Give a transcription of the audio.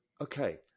Okay